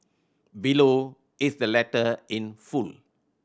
below is the letter in full